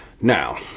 now